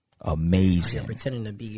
Amazing